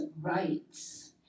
rights